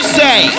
say